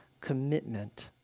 commitment